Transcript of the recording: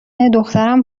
دخترم